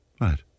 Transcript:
Right